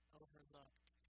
overlooked